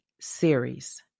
series